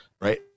right